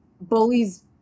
bullies